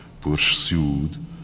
pursued